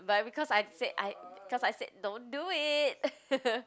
but because I said I because I said don't do it